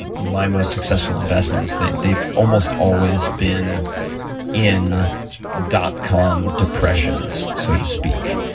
my most successful investments, they've they've almost always been in dot com depressions, so to speak,